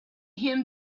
him